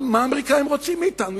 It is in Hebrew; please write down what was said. מה האמריקנים רוצים מאתנו?